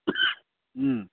ꯎꯝ